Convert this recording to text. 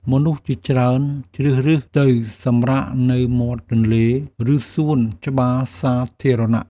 មនុស្សជាច្រើនជ្រើសរើសទៅសម្រាកនៅមាត់ទន្លេ ឬសួនច្បារសាធារណៈ។